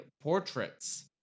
portraits